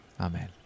Amen